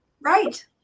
Right